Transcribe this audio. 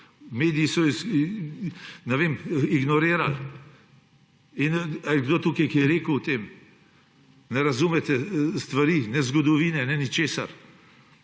Mediji so jo ignorirali. Ali je kdo tukaj kaj rekel o tem? Ne razumete stvari, ne zgodovine ne ničesar.